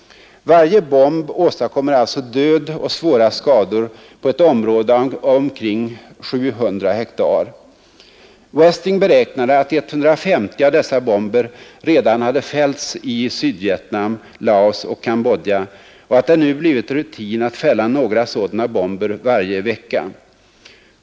Varje bomb åstadkommer alltså död och svåra skador på ett område av omkring 700 hektar. Westing beräknade att 150 av dessa bomber redan hade fällts i Sydvietnam, Laos och Cambodja och sade att det nu blivit rutin att fälla några sådana bomber varje vecka.